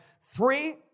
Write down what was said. Three